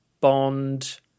Bond